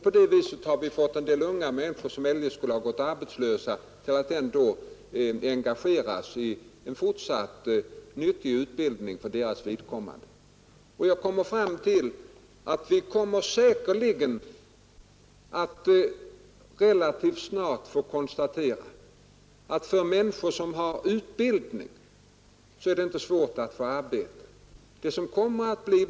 På det sättet har vi fått en del unga människor som annars skulle ha gått arbetslösa att engagera sig i en fortsatt och för deras vidkommande nyttig utbildning. Vi kommer säkerligen att relativt snart få konstatera att det inte är svårt för människor som har utbildning att skaffa sig arbete.